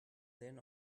then